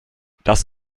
das